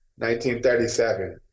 1937